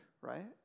right